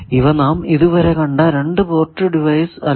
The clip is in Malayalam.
ഇവ നാം ഇതുവരെ കണ്ട 2 പോർട്ട് ഡിവൈസ് അല്ല